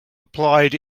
applied